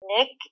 Nick